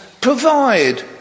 provide